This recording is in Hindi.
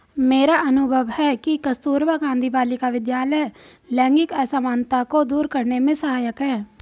मेरा अनुभव है कि कस्तूरबा गांधी बालिका विद्यालय लैंगिक असमानता को दूर करने में सहायक है